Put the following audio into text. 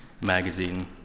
magazine